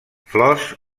flors